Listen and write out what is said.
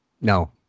No